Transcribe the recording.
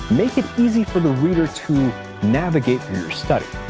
make it easy for the reader to navigate through your study.